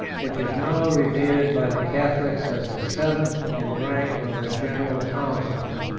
which is now revered by the catholics as the seventh in rank of the general councils.